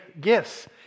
gifts